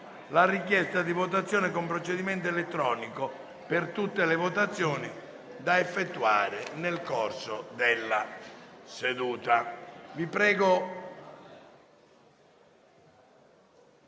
la richiesta di votazione con procedimento elettronico per tutte le votazioni da effettuare nel corso della seduta.